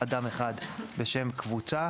אדם אחד בשם קבוצה.